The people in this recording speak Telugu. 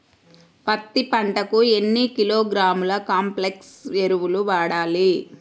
పత్తి పంటకు ఎన్ని కిలోగ్రాముల కాంప్లెక్స్ ఎరువులు వాడాలి?